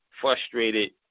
frustrated